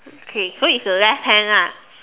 okay so it's a left hand lah